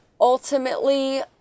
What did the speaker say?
ultimately